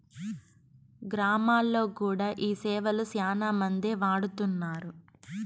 గ్రామాల్లో కూడా ఈ సేవలు శ్యానా మందే వాడుతున్నారు